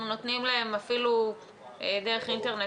אנחנו נותנים להם אפילו דרך אינטרנט,